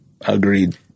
Agreed